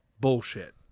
bullshit